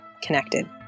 connected